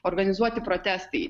organizuoti protestai